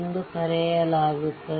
ಎಂದು ಕರೆಯಲಾಗುತ್ತದೆ